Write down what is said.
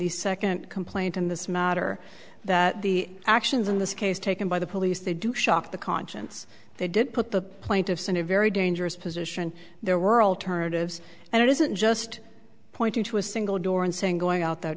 the second complaint in this matter that the actions in this case taken by the police they do shock the conscience they did put the plaintiffs in a very dangerous position there were alternatives and it isn't just pointing to a single door and saying going out the